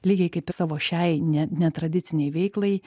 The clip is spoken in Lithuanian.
lygiai kaip ir savo šiai ne netradicinei veiklai